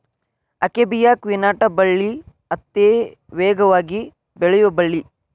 akebia quinata ಬಳ್ಳಿ ಅತೇ ವೇಗವಾಗಿ ಬೆಳಿಯು ಬಳ್ಳಿ